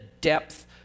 depth